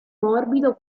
morbido